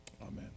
amen